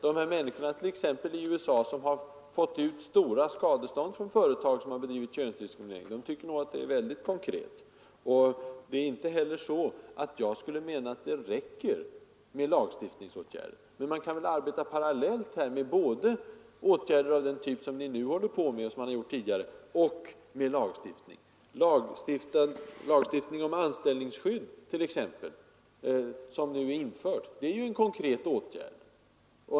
De människor i USA t.ex., som har fått ut stora skadestånd från företag som har bedrivit könsdiskriminering, tycker nog att det är väldigt konkret. Jag menar inte att det räcker med lagstiftningsåtgärder. Men man kan väl arbeta parallellt med både åtgärder av den typ ni nu håller på med och med lagstiftning? Lagstiftning om anställningsskydd t.ex., som nu är beslutad, är ju en konkret åtgärd.